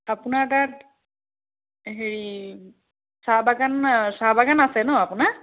আপোনাৰ তাত হেৰি চাহ বাগান চাহ বাগান আছে ন আপোনাৰ